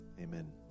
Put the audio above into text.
amen